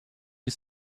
you